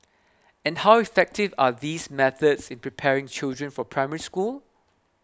and how effective are these methods in preparing children for Primary School